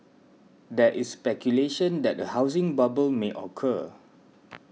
there is speculation that a housing bubble may occur